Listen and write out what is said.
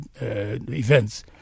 events